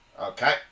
Okay